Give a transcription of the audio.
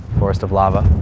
forest of lava,